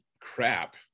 crap